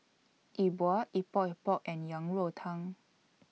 E Bua Epok Epok and Yang Rou Tang